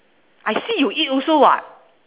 I see you eat also [what]